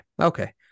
Okay